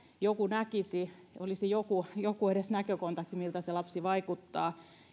joku näkisi olisi edes näkökontakti miltä se lapsi vaikuttaa